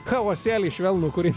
chaosėlį švelnų kurį